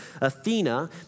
Athena